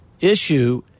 issue